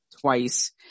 twice